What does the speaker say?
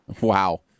wow